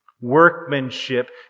workmanship